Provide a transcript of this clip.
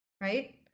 right